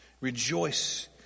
Rejoice